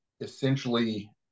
essentially